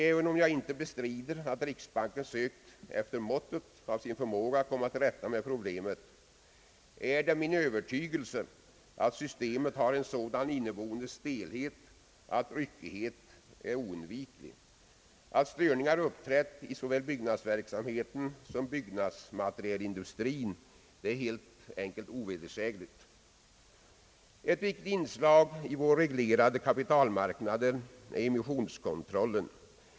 Även om jag inte bestrider att riksbanken sökt efter måttet av sin förmåga komma till rätta med problemet, är det min övertygelse att systemet har en sådan inneboende stelhet att ryckighet är oundviklig. Att störningar uppträder i såväl byggnadsverksamheten som byggnadsmaterialindustrien är helt enkelt ovedersägligt. Ett viktigt inslag i vår reglerade kapitalmarknad är emissionskontrollen.